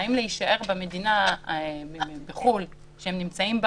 האם להישאר במדינה בחו"ל שהם נמצאים בה